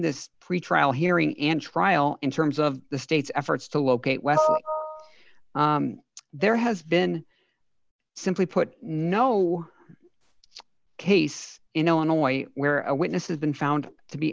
this pretrial hearing and trial in terms of the state's efforts to locate where there has been simply put no case in illinois where a witness has been found to be